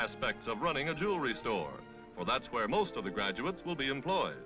aspects of running a jewelry store well that's where most of the graduates will be employed